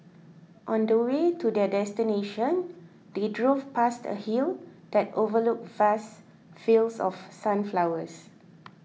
on the way to their destination they drove past a hill that overlooked vast fields of sunflowers